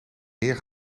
meer